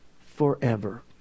forever